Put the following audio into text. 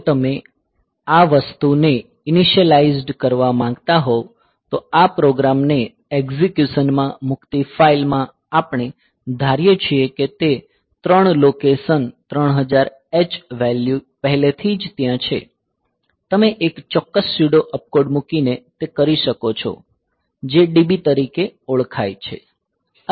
જો તમે આ વસ્તુને ઇનિશિયલાઇઝ કરવા માંગતા હોવ તો આ પ્રોગ્રામ ને એક્ઝિક્યુશન માં મૂકતી ફાઇલ માં આપણે ધારીએ છીએ કે તે 3 લોકેશન 3000 h વેલ્યૂ પહેલેથી જ ત્યાં છે તમે એક ચોક્કસ સ્યુડો અપકોડ મૂકીને તે કરી શકો છો જે DB તરીકે ઓળખાય છે અને તે બાયટ માટે ડિફાઇન્ડ કરે છે